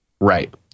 right